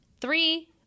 three